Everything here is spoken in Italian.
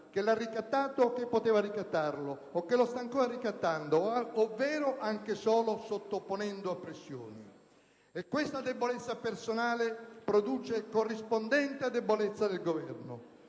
che l'ha ricattato o che poteva ricattarlo o che lo sta ancora ricattando, ovvero anche solo sottoponendo a pressioni. E questa debolezza personale del Presidente del Consiglio